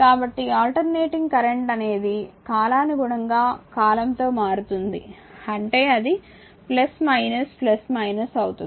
కాబట్టి alternating current అనేది కాలానుగుణంగా కాలంతో మారుతుంది అంటే అది అవుతుంది